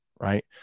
Right